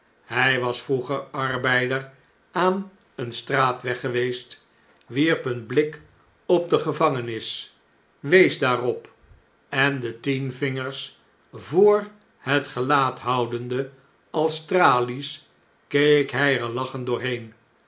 hjj was vroeger arbeider aan den straatweg geweest wierp een blik op de gevangenis wees daarop en de tien vingers voor het gelaat houdende als tralies keek hjj er lachend doorheen